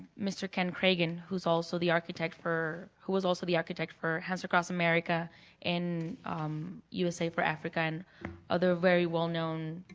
mr. ken kragen who's also the architect for who was also the architect for hands across america in usa for africa and other very well known